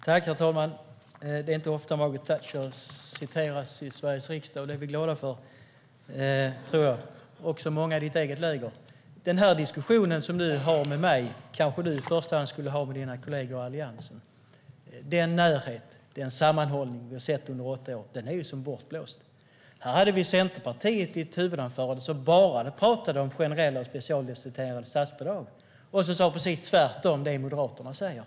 Herr talman! Det är inte ofta Margaret Thatcher citeras i Sveriges riksdag, och det tror jag att vi är glada för - också många i ditt eget läger. Den diskussion som du nu har med mig kanske du i första hand borde ha med dina kollegor i Alliansen. Den närhet och den sammanhållning vi har sett under åtta år är som bortblåst. Här hörde vi Centerpartiet i ett huvudanförande bara tala om generella och specialdestinerade statsbidrag och säga precis tvärtom mot det som Moderaterna säger.